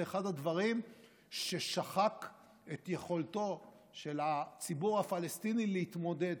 זה אחד הדברים ששחקו את יכולתו של הציבור הפלסטיני להתמודד,